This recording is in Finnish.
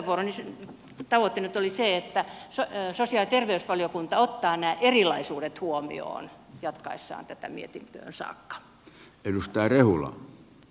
puheenvuoroni tavoite nyt oli se että sosiaali ja terveysvaliokunta ottaa nämä erilaisuudet huomioon jatkaessaan tätä mietintöön saakka